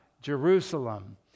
Jerusalem